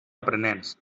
aprenents